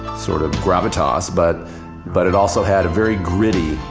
sort of gravitas, but but it also had a very gritty,